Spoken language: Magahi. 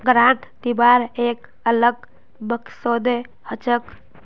ग्रांट दिबार एक अलग मकसदो हछेक